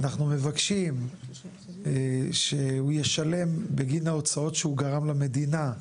אנחנו מבקשים שהוא ישלם בגין ההוצאות שהוא גרם למדינה,